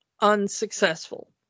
unsuccessful